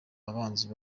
abanzi